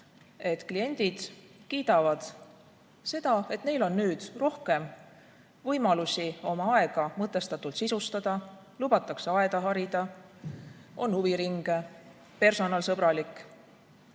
et kliendid kiidavad seda, et neil on nüüd rohkem võimalusi oma aega mõtestatult sisustada, lubatakse aeda harida, on huviringe, personal sõbralik.